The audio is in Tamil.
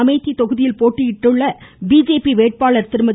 அமேதி தொகுதியில் போட்டியிடும் பிஜேபி வேட்பாளர் திருமதி